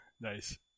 nice